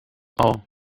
all